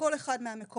בכל אחד מהמקומות.